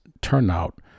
turnout